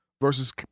versus